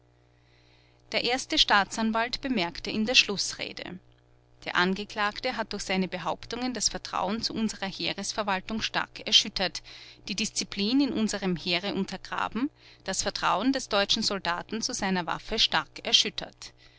der erste staatsanwalt bemerkte in der schlußrede der angeklagte hat durch seine behauptungen das vertrauen zu unserer heeresverwaltung stark erschüttert die disziplin in unserem heere untergraben das vertrauen des deutschen soldaten zu seiner waffe stark erschüttert